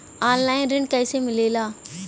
Online ऋण कैसे मिले ला?